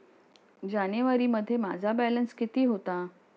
जानेवारीमध्ये माझा बॅलन्स किती होता?